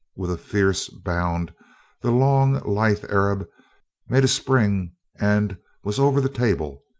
with a fierce bound the long, lithe arab made a spring and was over the table,